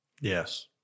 Yes